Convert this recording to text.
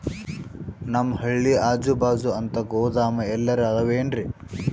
ನಮ್ ಹಳ್ಳಿ ಅಜುಬಾಜು ಅಂತ ಗೋದಾಮ ಎಲ್ಲರೆ ಅವೇನ್ರಿ?